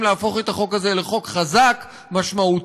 להפוך את החוק הזה לחוק חזק ומשמעותי,